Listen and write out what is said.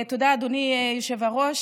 תודה, אדוני היושב-ראש.